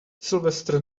sylvester